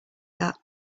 that